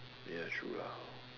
ya true lah